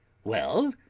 well?